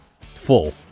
full